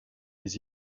des